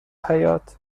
حیاط